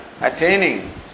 attaining